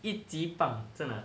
一级棒真的